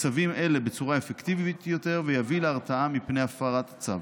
צווים אלה בצורה אפקטיבית יותר ויביא להרתעה מפני הפרת הצו.